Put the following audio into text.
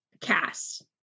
cast